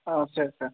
ଆଚ୍ଛା ଆଚ୍ଛା